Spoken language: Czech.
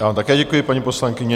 Já vám také děkuji, paní poslankyně.